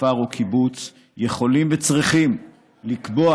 כפר או קיבוץ יכולים וצריכים לקבוע,